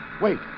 Wait